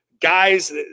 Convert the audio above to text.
guys